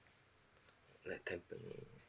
like tampines